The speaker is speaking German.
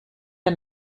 der